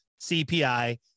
CPI